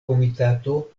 komitato